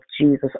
Jesus